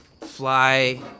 fly